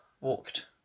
walked